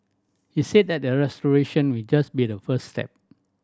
he said that the restoration will just be the first step